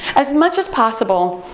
as much as possible,